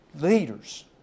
leaders